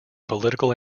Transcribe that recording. political